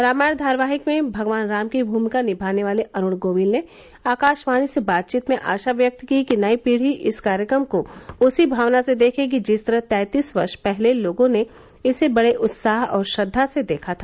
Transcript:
रामायण धारावाहिक में भगवान राम की भूमिका निभाने वाले अरुण गोविल ने आकाशवाणी से बातचीत में आशा व्यक्त की कि नई पीढ़ी इस कार्यक्रम को उसी भावना से देखेगी जिस तरह तैंतीस वर्ष पहले लोगों ने इसे बड़े उत्साह और श्रद्वा से देखा था